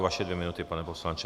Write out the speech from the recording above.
Vaše dvě minuty, pane poslanče.